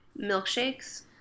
milkshakes